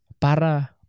para